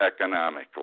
economically